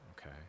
Okay